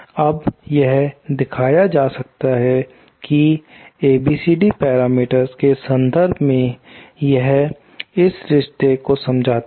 अब यह दिखाया जा सकता है कि ABCD पैरामीटर्स के संदर्भ में यह इस रिश्ते को समझाता है